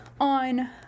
on